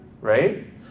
Right